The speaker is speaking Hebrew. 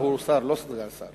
הוא שר, לא סגן שר.